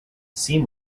seam